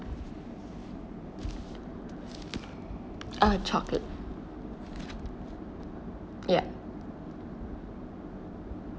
uh chocolate ya